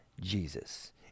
Jesus